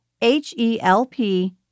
H-E-L-P